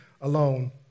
alone